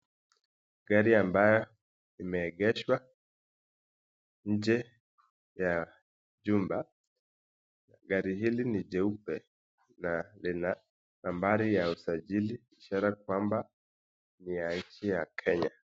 Gari ambayo imeengeshwa nje ya jumba, gari hili ni jeupe na lina nambari ya usajili ishara kwamba ni ya nchi ya Kenya.